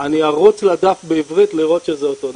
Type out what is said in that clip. אני ארוץ לדף בעברית לראות שזה אותו דבר.